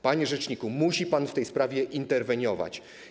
Panie rzeczniku, musi pan w tej sprawie interweniować.